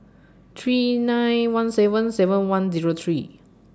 three nine one seven seven one Zero three